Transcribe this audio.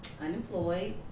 unemployed